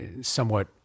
somewhat